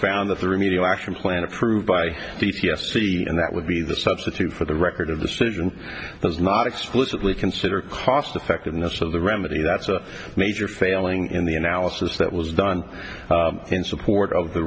found that the remedial action plan approved by the t s p and that would be the substitute for the record of decision does not explicitly consider cost effectiveness of the remedy that's a major failing in the analysis that was done in support